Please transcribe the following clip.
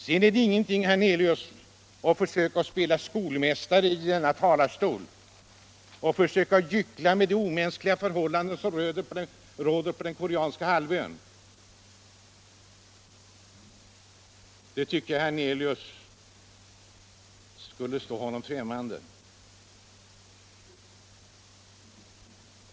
Det tjänar ingenting till att försöka spela skolmästare i denna talarstol, herr Hernelius, och gyckla med de omänskliga förhållanden som råder på den koreanska halvön. Det borde vara herr Hernelius främmande.